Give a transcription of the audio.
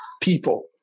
people